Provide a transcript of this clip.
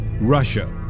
Russia